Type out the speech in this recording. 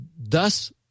thus